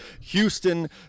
Houston